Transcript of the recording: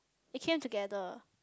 it came together